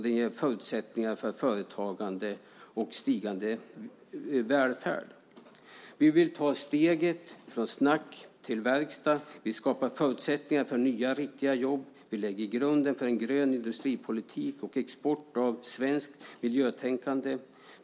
Den ger förutsättningar för företagande och en stigande välfärd. Vi vill ta steget från snack till verkstad. Vi skapar förutsättningar för nya riktiga jobb. Vi lägger grunden för en grön industripolitik och för export av svenskt miljötänkande.